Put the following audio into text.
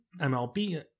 MLB